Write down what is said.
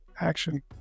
action